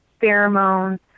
pheromones